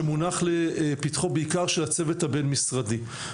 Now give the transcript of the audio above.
שמונח לפתחו בעיקר של הצוות הבין משרדי.